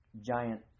giant